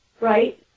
right